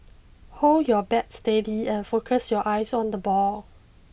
hold your bat steady and focus your eyes on the ball